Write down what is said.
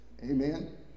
Amen